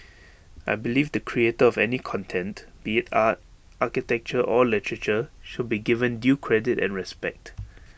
I believe the creator of any content be A art architecture or literature should be given due credit and respect